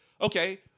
okay